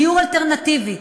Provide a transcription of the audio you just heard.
דיור אלטרנטיבי.